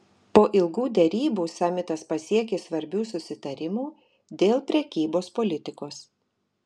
po ilgų derybų samitas pasiekė svarbių susitarimų dėl prekybos politikos